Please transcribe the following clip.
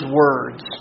words